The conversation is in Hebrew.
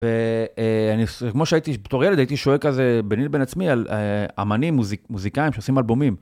ואני, כמו שהייתי בתור ילד, הייתי שואל כזה ביני לבין עצמי על אמנים מוזיקאים שעושים אלבומים.